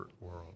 world